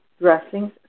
dressings